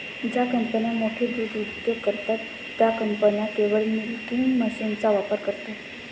ज्या कंपन्या मोठे दूध उद्योग करतात, त्या कंपन्या केवळ मिल्किंग मशीनचा वापर करतात